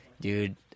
Dude